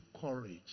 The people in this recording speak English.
courage